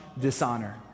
dishonor